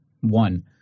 one